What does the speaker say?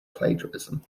plagiarism